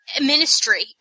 Ministry